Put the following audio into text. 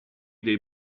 dei